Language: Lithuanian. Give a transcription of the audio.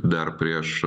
dar prieš